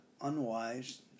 unwise